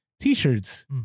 T-shirts